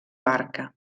barca